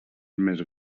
més